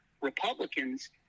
Republicans